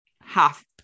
half